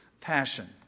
passion